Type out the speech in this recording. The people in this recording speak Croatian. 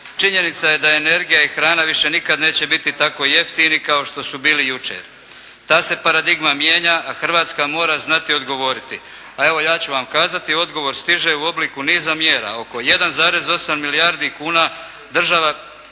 “Činjenica je da energija i hrana više nikada neće biti tako jeftini kao što su bili jučer. Ta se paradigma mijenja, a Hrvatska mora znati odgovoriti. Pa evo, ja ću vam kazati odgovor stiže u obliku niza mjera. Oko 1,8 milijardi kuna državu